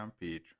page